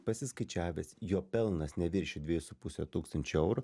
pasiskaičiavęs jo pelnas neviršija dviejų su puse tūkstančio eurų